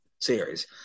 series